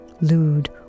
lewd